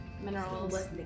minerals